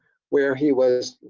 where he was